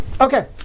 Okay